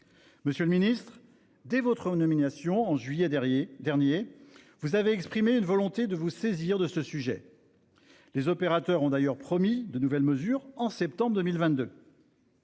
Monsieur le ministre, dès votre nomination, en juillet dernier, vous avez exprimé votre volonté de vous saisir de ce sujet ; je salue votre engagement. Les opérateurs ont d'ailleurs promis de nouvelles mesures en septembre 2022.